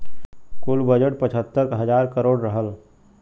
कुल बजट पचहत्तर हज़ार करोड़ रहल